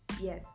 Yes